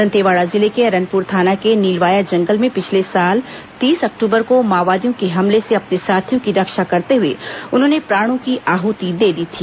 दंतेवाड़ा जिले के अरनपुर थाना के नीलवाया जंगल में पिछले साल तीस अक्टूबर को माओवादियों के हमले से अपने साथियों की रक्षा करते हुए उन्होंने प्राणों की आहति दे दी थी